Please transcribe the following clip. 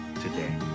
today